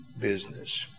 business